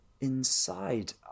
inside